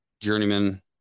journeyman